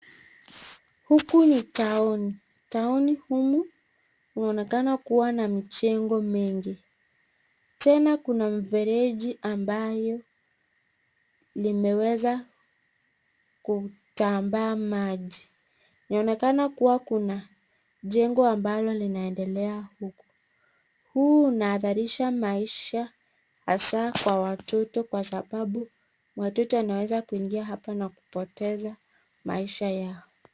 Huku ni taoni. Taoni humu unaonekana kuwa na mjengo mengi. Tena kuna mfereji ambayo limeweza kutambaa maji. Inaonekana kuwa kuna jengo ambalo linaendelea huko. Huu unahatarisha maisha hasaa kwa watoto kwa sababu watoto wanaweza kuingia hapo na kupoteza maisha yao.